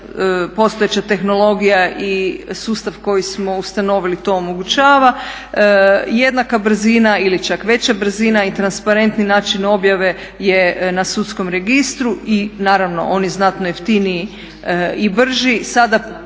postojeća tehnologija i sustav koji smo ustanovili to omogućava. Jednaka brzina ili čak veća brzina i transparentni način objave je na sudskom registru i naravno on je znatno jeftiniji i brži.